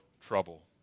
trouble